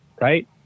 right